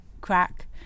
crack